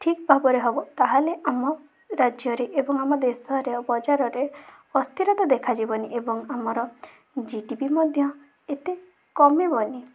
ଠିକ୍ ଭାବରେ ହେବ ତାହେଲେ ଆମ ରାଜ୍ୟରେ ଏବଂ ଆମ ଦେଶରେ ଆଉ ବଜାରରେ ଅସ୍ଥିରତା ଦେଖା ଯିବନି ଏବଂ ଆମର ଜିଡିପି ମଧ୍ୟ ଏତେ କମିବନି